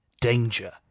Danger